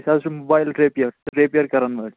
أسۍ حظ چھِ موبایِل رٮ۪پیَر رٮ۪پیَر کَرَن وٲلۍ